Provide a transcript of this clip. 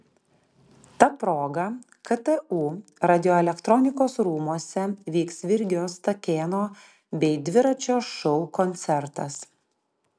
ta proga ktu radioelektronikos rūmuose vyks virgio stakėno bei dviračio šou koncertas